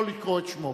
לא לקרוא את שמו.